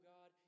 God